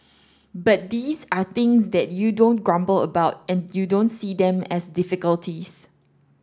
but these are things that you don't grumble about and you don't see them as difficulties